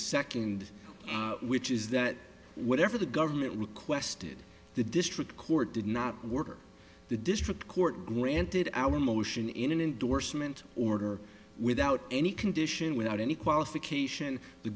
second which is that whatever the government requested the district court did not work or the district court granted our motion in an endorsement order without any condition without any qualification the